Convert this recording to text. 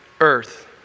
earth